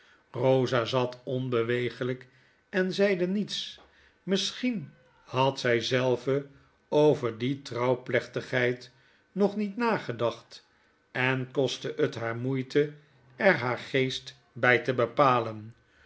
rosa zat onbewegelijk en zeide niets misschien had zij zelve over die trouw plechtigheid nog niet nagedacht en kostte het haar moeite er haar geest bij te bepalen